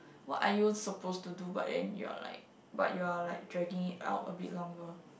what are you supposed to do but then you're like but you're like dragging it out a bit longer